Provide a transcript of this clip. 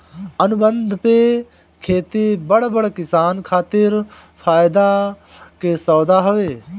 अनुबंध पे खेती बड़ बड़ किसान खातिर फायदा के सौदा हवे